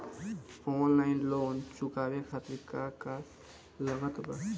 Online loan चुकावे खातिर का का लागत बा?